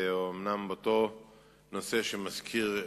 ואומנם אותו נושא שמזכיר,